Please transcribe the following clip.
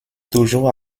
toujours